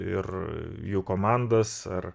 ir jų komandas ar